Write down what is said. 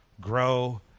grow